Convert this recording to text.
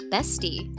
Bestie